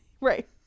Right